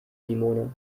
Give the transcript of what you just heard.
simone